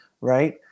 Right